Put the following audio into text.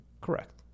correct